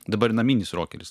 dabar naminis rokeris